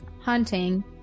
hunting